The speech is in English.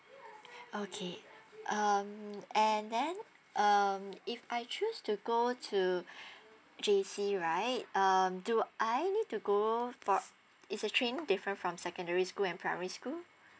okay um and then um if I choose to go to J_C right um do I need to go for is uh training different from secondary school and primary school